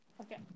Okay